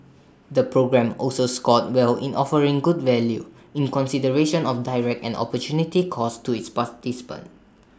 the programme also scored well in offering good value in consideration of direct and opportunity costs to its participants